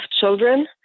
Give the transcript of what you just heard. children